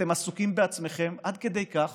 אתם עסוקים בעצמכם עד כדי כך